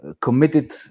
committed